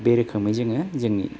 बे रोखोमै जोङो जोंनि